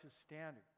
standard